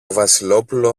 βασιλόπουλο